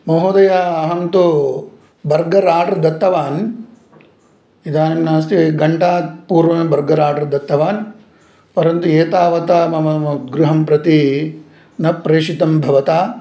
महोदया अहं तु बर्गर् आर्डर् दत्तवान् इदानीं नास्ति घण्टात् पूर्वमेव बर्गर् आर्डर् दत्तवान् परन्तु एतावता मम गृहं प्रति न प्रेषितं भवता